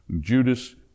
Judas